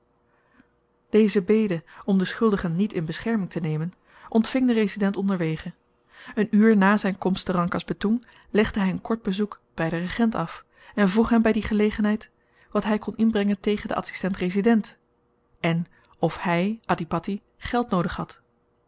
deze bede om de schuldigen niet in bescherming te nemen ontving de resident onderwege een uur na zyn komst te rangkas betoeng legde hy een kort bezoek by den regent af en vroeg hem by die gelegenheid wat hy kon inbrengen tegen den adsistent resident en of hy adhipatti geld noodig had